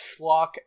schlock